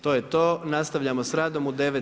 To je to, nastavljamo s radom u 9,